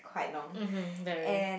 mm mm very